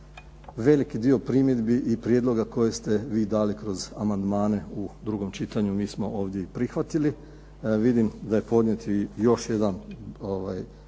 veliki dio primjedbi i prijedloga koje ste vi dali kroz amandmane u drugom čitanju, mi smo ovdje i prihvatili. Vidim da je podnijet i još jedan